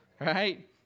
Right